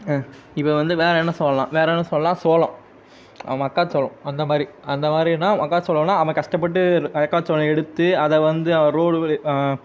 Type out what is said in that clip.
ஆ இப்போ வந்து வேறு என்ன சொல்லலாம் வேறு என்ன சொல்லலாம் சோளம் மக்காச் சோளம் அந்த மாதிரி அந்த மாதிரின்னா மக்காச் சோளன்னா அவன் கஷ்டப்பட்டு மக்காச் சோளம் எடுத்து அதை வந்து அவன் ரோடு